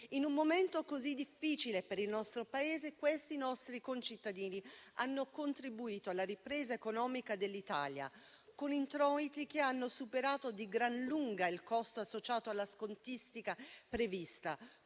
In un momento così difficile per il nostro Paese questi nostri concittadini hanno contribuito alla ripresa economica dell'Italia, con introiti che hanno superato di gran lunga il costo associato alla scontistica prevista,